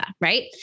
right